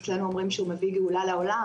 אצלנו אומרים שהוא מביא גאולה לעולם,